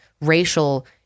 racial